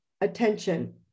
attention